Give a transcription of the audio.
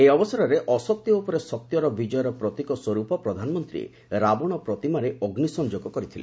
ଏହି ଅବସରରେ ଅସତ୍ୟ ଉପରେ ସତ୍ୟର ବିଜୟର ପ୍ରତୀକ ସ୍ୱରୂପ ପ୍ରଧାନମନ୍ତ୍ରୀ ରାବଣ ପ୍ରତିମାରେ ଅଗ୍ନିସଂଯୋଗ କରିଥିଲେ